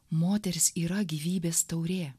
moteris yra gyvybės taurė